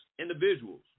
individuals